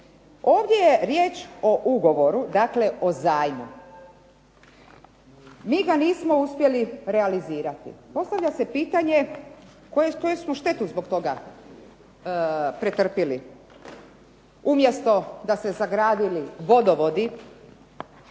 Ovdje je riječ o ugovoru, dakle o zajmu. Mi ga nismo uspjeli realizirati. Postavlja se pitanje, koju smo štetu zbog toga pretrpjeli? Umjesto da su se sagradili vodovodi,